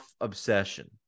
obsession